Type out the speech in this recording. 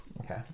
Okay